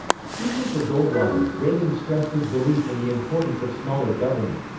speaking for goldwater, reagan stressed his belief in the importance of smaller government.